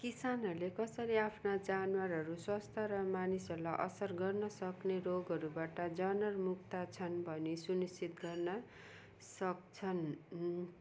किसानहरूले कसरी आफ्ना जनावाहरू स्वस्थ र मानिसहरूलाई असर गर्न सक्ने रोगहरूबाट जनावर मुक्त छन् भनि सुनिश्चित गर्न सक्छन्